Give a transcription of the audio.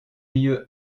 mieux